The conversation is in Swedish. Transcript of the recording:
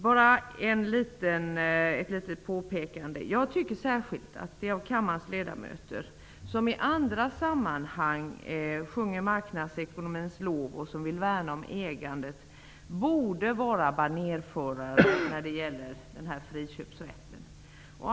Bara ett litet påpekande: Jag tycker att särskilt de av kammarens ledamöter som i andra sammanhang sjunger marknadsekonomins lov och som vill värna om ägandet borde vara banérförare när det gäller friköpsrätten.